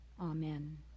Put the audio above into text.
Amen